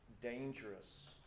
dangerous